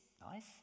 nice